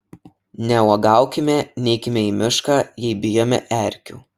neuogaukime neikime į mišką jei bijome erkių